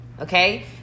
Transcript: okay